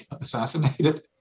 assassinated